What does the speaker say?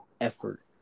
effort